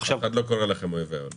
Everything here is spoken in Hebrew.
אף אחד לא קורא לכם אויבי העולם.